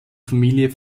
familie